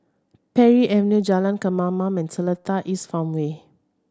Parry Avenue Jalan Kemaman and Seletar East Farmway